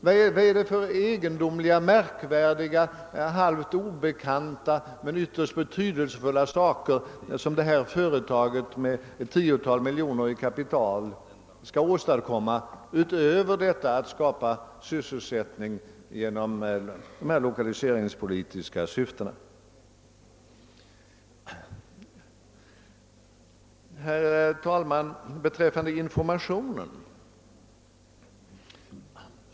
Vad är det för egendomliga, märkvärdiga, halvt obekanta men ytterst betydelsefulla saker som detta företag med ett tiotal miljoner i kapital skall åstadkomma utöver att skapa sysselsättning med lokaliseringspolitiska syften?